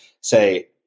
say